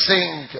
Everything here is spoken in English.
Sing